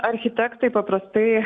architektai paprastai